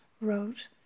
wrote